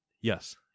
Yes